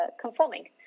conforming